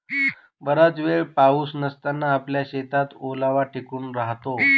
बराच वेळ पाऊस नसताना आपल्या शेतात ओलावा टिकून राहतो